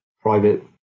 private